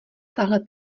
tahle